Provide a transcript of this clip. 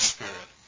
Spirit